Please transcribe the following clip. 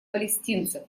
палестинцев